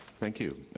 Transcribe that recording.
thank you.